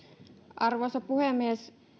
arvoisa puhemies